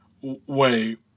wait